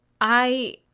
I-